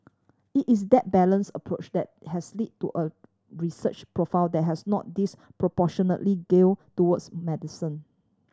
it is that balance approach that has led to a research profile that has not disproportionately gear towards medicine